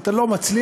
ואתה לא מצליח,